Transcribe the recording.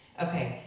okay,